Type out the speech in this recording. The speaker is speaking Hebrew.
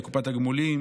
לקופת תגמולים